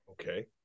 Okay